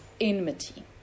enmity